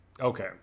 okay